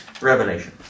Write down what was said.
revelation